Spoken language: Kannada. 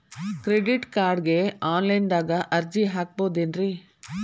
ಕ್ರೆಡಿಟ್ ಕಾರ್ಡ್ಗೆ ಆನ್ಲೈನ್ ದಾಗ ಅರ್ಜಿ ಹಾಕ್ಬಹುದೇನ್ರಿ?